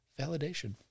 validation